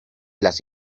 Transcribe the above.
las